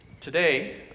Today